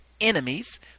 enemies